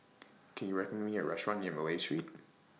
Can YOU recommend Me A Restaurant near Malay Street